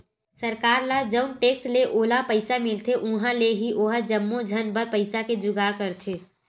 सरकार ल जउन टेक्स ले ओला पइसा मिलथे उहाँ ले ही ओहा जम्मो झन बर पइसा के जुगाड़ करथे